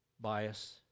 Bias